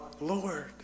Lord